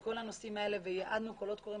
כל הנושאים האלה וייעדו קולות קוראים